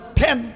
ten